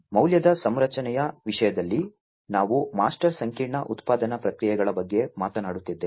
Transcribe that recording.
ಆದ್ದರಿಂದ ಮೌಲ್ಯದ ಸಂರಚನೆಯ ವಿಷಯದಲ್ಲಿ ನಾವು ಮಾಸ್ಟರ್ ಸಂಕೀರ್ಣ ಉತ್ಪಾದನಾ ಪ್ರಕ್ರಿಯೆಗಳ ಬಗ್ಗೆ ಮಾತನಾಡುತ್ತಿದ್ದೇವೆ